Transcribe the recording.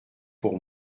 pour